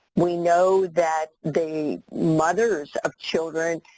we know that the mothers of children,